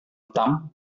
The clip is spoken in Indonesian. hitam